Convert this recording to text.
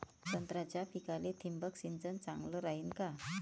संत्र्याच्या पिकाले थिंबक सिंचन चांगलं रायीन का?